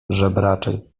żebraczej